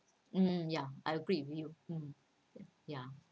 um ya I agree with you um ya